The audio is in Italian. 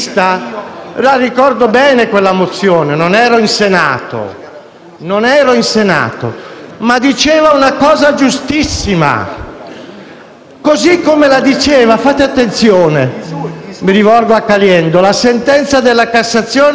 Non ero in Senato, ma affermava una cosa giustissima, così come - fate attenzione, mi rivolgo al senatore Caliendo - la sentenza della Cassazione che rinviò al tribunale d'appello il caso Englaro.